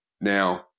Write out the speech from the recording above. Now